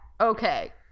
okay